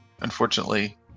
unfortunately